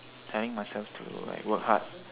telling myself to like work hard